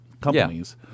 companies